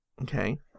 Okay